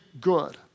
good